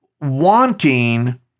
wanting